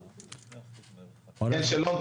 שלום.